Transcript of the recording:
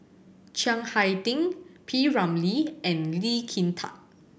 Chiang Hai Ding P Ramlee and Lee Kin Tat